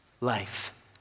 Life